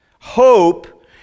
Hope